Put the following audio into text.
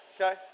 Okay